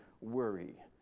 worry